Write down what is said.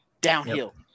downhill